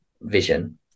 vision